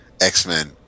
X-Men